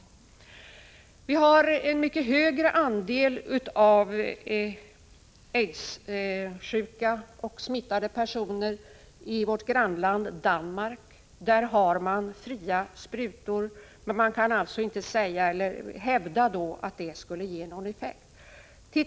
Det är ett mycket större antal aidssjuka och smittade personer i vårt grannland Danmark. Där har man fria sprutor, men man kan alltså inte hävda att det skulle ge någon effekt.